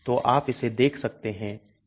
तो आप इसे देख सकते हैं